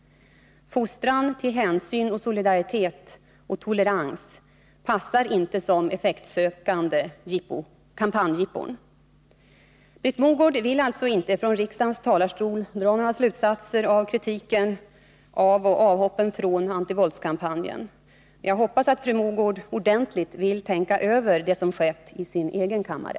Fostran till hänsyn och solidaritet och tolerans passar inte för effektsökande kampanjjippon. Britt Mogård vill alltså inte från riksdagens talarstol dra några slutsatser av kritiken mot och avhoppen från antivåldskampanjen. Jag hoppas att fru Mogård ordentligt vill tänka över det som skett i sin egen kammare.